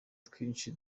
twinshi